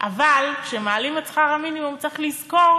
אבל כשמעלים את שכר המינימום צריך לזכור